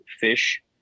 fish